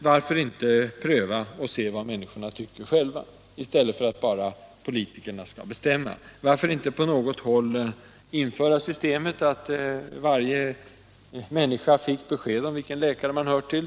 Varför inte pröva och se vad människorna själva tycker, i stället för att bara politikerna skall bestämma över deras huvuden. Varför inte på något håll införa systemet att varje människa fick besked om vilken läkare hon hör till.